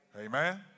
Amen